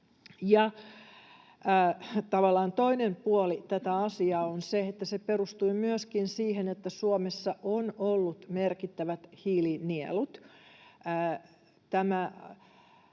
toinen puoli tätä asiaa on se, että se perustui myöskin siihen, että Suomessa on ollut merkittävät hiilinielut.